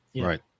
Right